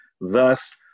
thus